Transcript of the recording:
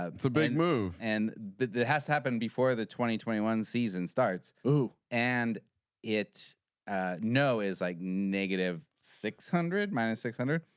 um it's a big move and that has happened before the twenty twenty one season starts. oh and it no is like negative six hundred minus six hundred.